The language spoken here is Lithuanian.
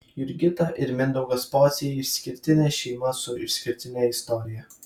jurgita ir mindaugas pociai išskirtinė šeima su išskirtine istorija